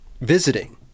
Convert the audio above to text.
visiting